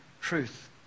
truth